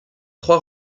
trois